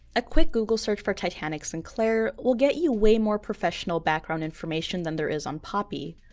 a quick google search for titanic sinclair will get you way more professional background information than there is on poppy.